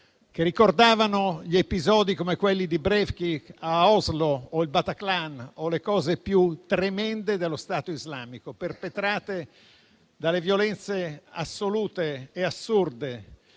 che ricordavano episodi come quelli di Breivik a Oslo o del Bataclan o le cose più tremende dello Stato islamico, violenze assolute e assurde